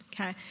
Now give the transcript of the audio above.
okay